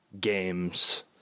games